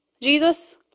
Jesus